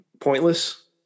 pointless